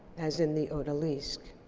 as in the odalisque.